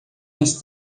mais